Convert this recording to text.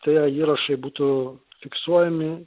tie įrašai būtų fiksuojami